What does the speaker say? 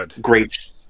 great